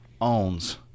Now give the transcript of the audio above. owns